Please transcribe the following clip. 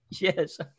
Yes